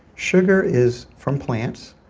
sugar is from plants,